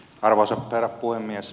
arvoisa herra puhemies